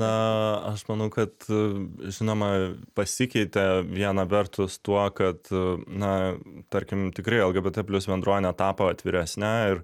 na aš manau kad žinoma pasikeitė viena vertus tuo kad na tarkim tikrai lgbt plius bendruomenė tapo atviresne ir